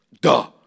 Duh